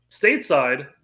stateside